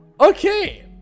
Okay